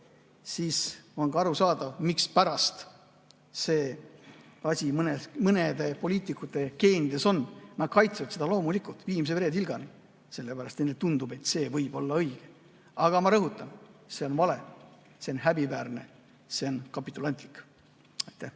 siis on ka arusaadav, mispärast see mõnede poliitikute geenides on. Nad kaitsevad seda loomulikult viimse veretilgani, sellepärast et neile tundub, et see võib olla õige. Aga ma rõhutan: see on vale. See on häbiväärne, see on kapitulantlik. Aitäh